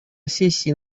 сессию